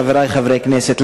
חברי חברי הכנסת,